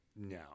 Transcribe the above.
no